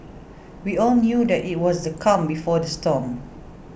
we all knew that it was the calm before the storm